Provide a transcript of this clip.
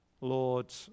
Lord